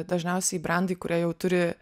dažniausiai brendai kurie jau turi